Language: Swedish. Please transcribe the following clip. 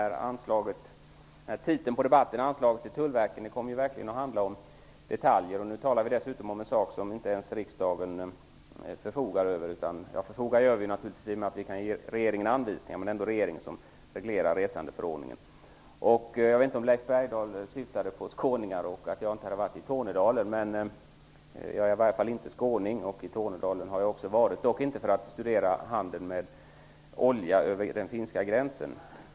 Herr talman! Titeln på betänkandet är Anslag till Tullverket, m.m. Debatten kom verkligen att handla om detaljer. Nu talar vi dessutom om en sak som riksdagen inte ens bestämmer över. Vi kan ge regeringen anvisningar, men det är ändå regeringen som reglerar resandeförordningen. Leif Bergdahl talade om skåningar och om att jag inte hade varit i Tornedalen. Jag är inte skåning, och jag har varit i Tornedalen -- dock inte för att studera handeln med olja över den finska gränsen.